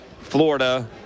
Florida